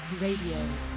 Radio